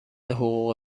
حقوق